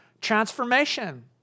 transformation